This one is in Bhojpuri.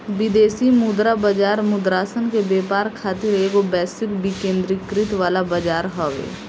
विदेशी मुद्रा बाजार मुद्रासन के व्यापार खातिर एगो वैश्विक विकेंद्रीकृत वाला बजार हवे